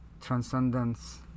transcendence